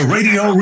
Radio